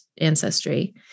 ancestry